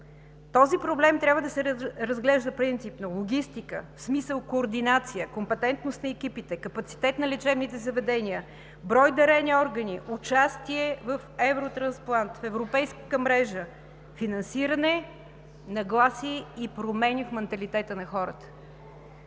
Този проблем трябва да се разглежда принципно: логистика, в смисъл координация, компетентност на екипите, капацитет на лечебните заведения, брой дарени органи, участие в Евротрансплант – в европейската мрежа, финансиране, нагласи и промени в манталитета на хората.